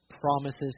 promises